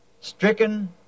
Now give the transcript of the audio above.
stricken